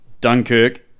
dunkirk